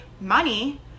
money